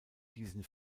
diesen